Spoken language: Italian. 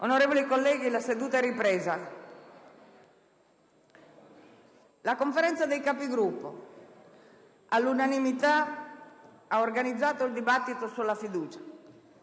Onorevoli colleghi, la seduta è ripresa. La Conferenza dei Capigruppo, all'unanimità, ha organizzato il dibattito sulla fiducia.